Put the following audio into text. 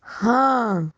ਹਾਂ